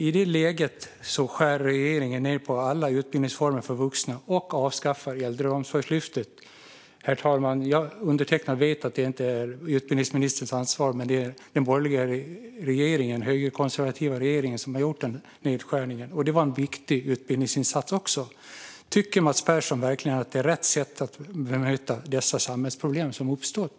I detta läge skär regeringen ned på alla utbildningsformer för vuxna och avskaffar Äldreomsorgslyftet. Undertecknad vet att det inte är utbildningsministerns ansvar, herr talman, men det är den borgerliga, högerkonservativa regeringen som har gjort den nedskärningen, och även detta var en viktig utbildningsinsats. Tycker Mats Persson verkligen att det här är rätt sätt att bemöta de samhällsproblem som uppstått?